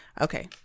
okay